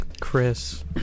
Chris